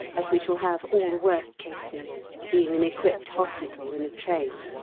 as we shall have all the worst cases, being an equipped hospital in a train.